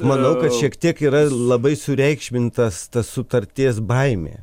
manau kad šiek tiek yra labai sureikšmintas tas sutarties baimė